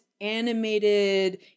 animated